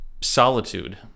solitude